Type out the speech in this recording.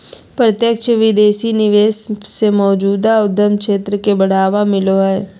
प्रत्यक्ष विदेशी निवेश से मौजूदा उद्यम क्षेत्र के बढ़ावा मिलो हय